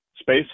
space